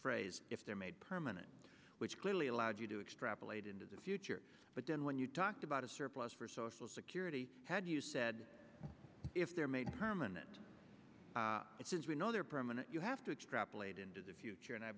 phrase if they made permanent which clearly allowed you to extrapolate into the future but then when you talked about a surplus for social security had you said if they're made permanent it says we know they're permanent you have to grapple eight into the future and i